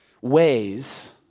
ways